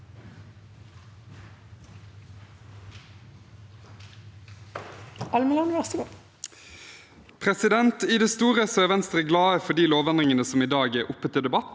I det store er Venstre glad for de lovendringene som i dag er oppe til debatt